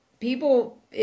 people